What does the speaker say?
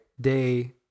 day